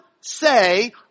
say